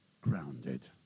grounded